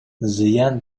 зыян